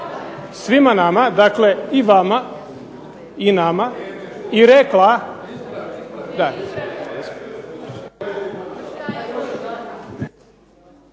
svima nama, dakle i vama i nama, i rekla